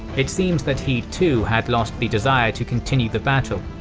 it seems that he too had lost the desire to continue the battle.